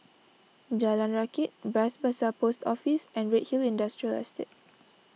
Jalan Rakit Bras Basah Post Office and Redhill Industrial Estate